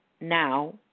now